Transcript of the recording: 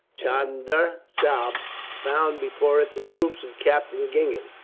chunda sahib found before it the troops of captain gingen,